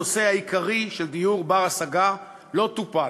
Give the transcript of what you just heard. הנושא העיקרי של דיור בר-השגה לא טופל.